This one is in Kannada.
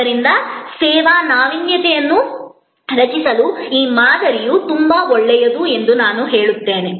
ಆದ್ದರಿಂದ ಸೇವಾ ನಾವೀನ್ಯತೆಯನ್ನು ರಚಿಸಲು ಈ ಮಾದರಿಯು ತುಂಬಾ ಒಳ್ಳೆಯದು ಎಂದು ನಾನು ಹೇಳಿದೆ